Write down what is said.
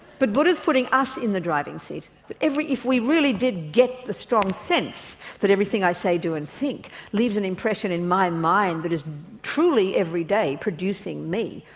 but buddha is putting us in the driving seat that if we really did get the strong sense that everything i say, do, and think leaves an impression in my mind that is truly every day producing me,